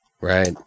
Right